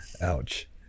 Ouch